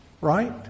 right